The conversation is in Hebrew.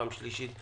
פעם שלישית,